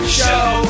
show